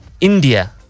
india